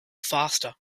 faster